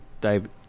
David